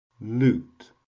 loot